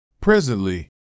Presently